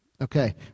Okay